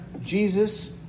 Jesus